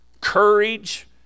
courage